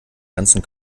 ganzen